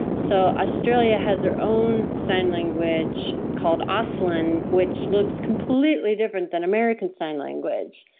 so australia has their own sign language called ah auslan which looks completely different than american sign language.